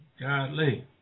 Godly